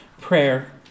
prayer